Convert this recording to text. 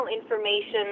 information